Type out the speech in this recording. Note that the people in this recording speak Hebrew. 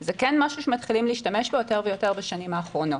זה כן משהו שמתחילים להשתמש בו יותר ויותר בשנים האחרונות.